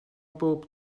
bob